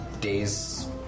days